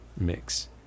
mix